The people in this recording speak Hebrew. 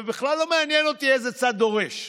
ובכלל לא מעניין אותי איזה צד דורש.